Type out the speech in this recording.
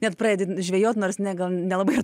net pradedi žvejoti nors ne gal nelabai ir